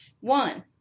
One